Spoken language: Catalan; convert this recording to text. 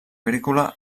agrícola